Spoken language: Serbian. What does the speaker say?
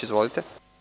Izvolite.